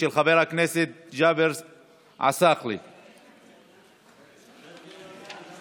אני יורדת,